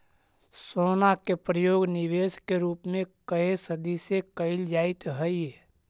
सोना के प्रयोग निवेश के रूप में कए सदी से कईल जाइत हई